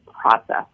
process